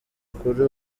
kuri